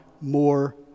more